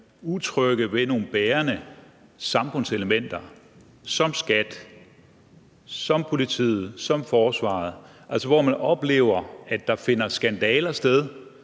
utrygge ved nogle bærende samfundselementer som skat, som politiet, som forsvaret, hvor man oplever, at der finder skandaler sted